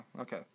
okay